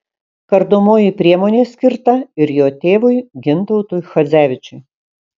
kardomoji priemonė skirta ir jo tėvui gintautui chadzevičiui